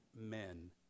men